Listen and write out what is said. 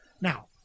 Now